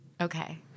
Okay